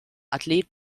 athlet